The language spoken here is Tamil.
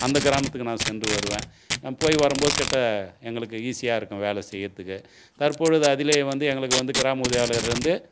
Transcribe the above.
அந்த கிராமத்துக்கு நான் சென்று வருவேன் போய்வரும்போது கிட்ட எங்களுக்கு ஈஸியாக இருக்கும் வேலை செய்கிறதுக்கு தற்பொழுது அதிலேயே வந்து எங்களுக்கு வந்து கிராம உதவியாளலிருந்து